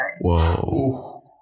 Whoa